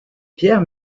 pierre